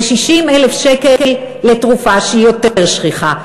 ו-60,000 שקל לתרופה שהיא יותר שכיחה,